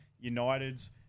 United's